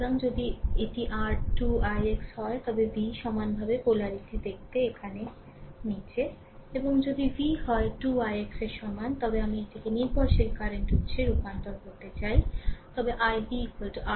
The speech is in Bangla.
সুতরাং যদি এটি r 2 ix হয় তবে v সমানভাবে পোলারিটি দেখতে এখানে নিচে এবং যদি v হয় 2 ix এর সমান তবে আমি এটিকে নির্ভরশীল কারেন্ট উত্সে রূপান্তর করতে চাই তবে ivrv5